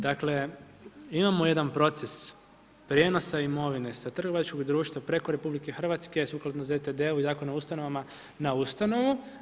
Dakle, imamo jedan proces prijenosa imovine sa trgovačkog društva preko RH sukladno ZTD i Zakon o ustanovama na ustanovu.